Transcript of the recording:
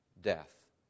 death